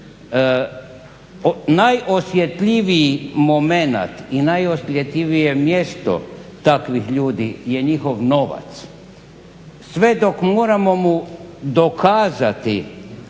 Najosjetljiviji momenata i najosjetljivije mjesto takvih ljudi je njihov novac. Sve dok moramo mu dokazati